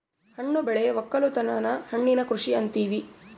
ಹಣ್ಣು ಬೆಳೆ ವಕ್ಕಲುತನನ ಹಣ್ಣಿನ ಕೃಷಿ ಅಂತಿವಿ